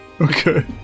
Okay